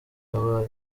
haba